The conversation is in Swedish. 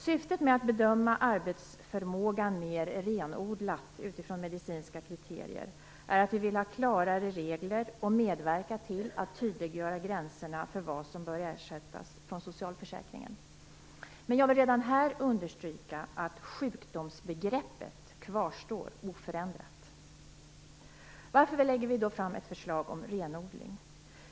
Syftet med att bedöma arbetsförmågan mer renodlat utifrån medicinska kriterier är att vi vill ha klarare regler och medverka till att tydliggöra gränserna för vad som bör ersättas från socialförsäkringen. Men jag vill redan här understryka att sjukdomsbegreppet kvarstår oförändrat. Varför lägger vi då fram ett förslag om en renodling?